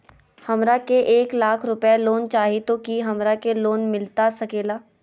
हमरा के एक लाख रुपए लोन चाही तो की हमरा के लोन मिलता सकेला?